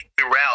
throughout